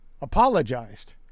apologized